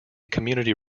community